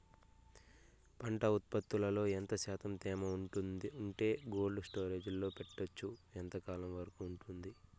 పంట ఉత్పత్తులలో ఎంత శాతం తేమ ఉంటే కోల్డ్ స్టోరేజ్ లో పెట్టొచ్చు? ఎంతకాలం వరకు ఉంటుంది